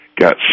got